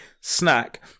snack